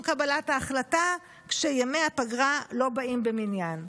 קבלת ההחלטה כשימי הפגרה לא באים במניין.